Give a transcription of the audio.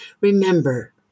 remember